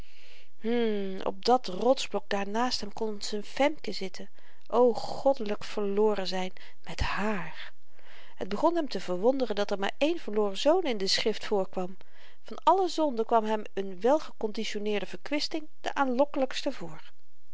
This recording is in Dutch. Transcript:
op dat rotsblok daar naast hem kon z'n femke zitten o goddelyk verloren zyn met haar het begon hem te verwonderen dat er maar één verloren zoon in de schrift voorkwam van alle zonden kwam hem n wèl gekonditioneerde verkwisting de aanlokkelykste voor